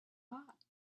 hot